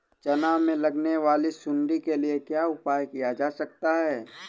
चना में लगने वाली सुंडी के लिए क्या उपाय किया जा सकता है?